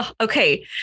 Okay